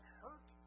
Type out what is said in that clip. hurt